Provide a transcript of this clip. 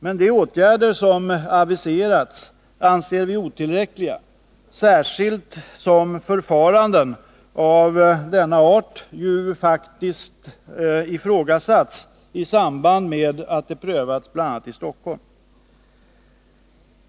Men de åtgärder som aviserats anser vi otillräckliga, särskilt som förfaranden av denna art faktiskt ifrågasatts i samband med att de prövats bl.a. i Stockholm.